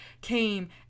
came